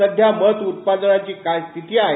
सद्या मध उत्पादनाची काय स्थिती आहे